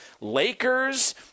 Lakers